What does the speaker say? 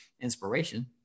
inspiration